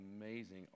amazing